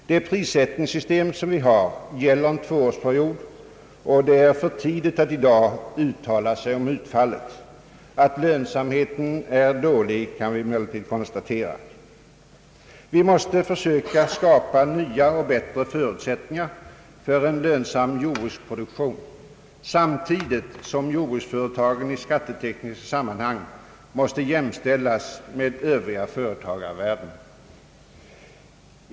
Det prissättningssystem som vi har gäller en tvåårsperiod, och det är för tidigt att i dag uttala sig om utfallet. Att lönsamheten är dålig kan vi emellertid konstatera. Vi måste försöka skapa nya och bättre förutsättningar för en lönsam jordbruksproduktion, samtidigt som jordbruksföretagen i skattetekniska sammanhang måste jämställas med övriga företagarvärden.